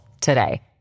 today